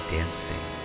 dancing